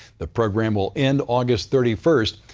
the program will end august thirty first.